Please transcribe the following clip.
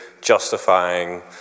justifying